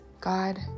God